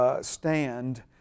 Stand